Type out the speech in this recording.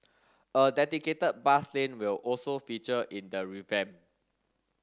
a dedicated bus lane will also feature in the revamp